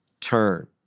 turn